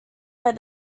where